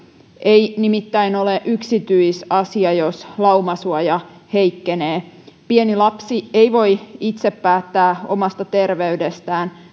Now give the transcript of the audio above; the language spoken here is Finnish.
ei nimittäin ole yksityisasia jos laumasuoja heikkenee pieni lapsi ei voi itse päättää omasta terveydestään